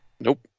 Nope